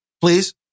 please